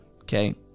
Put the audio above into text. Okay